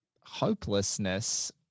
hopelessness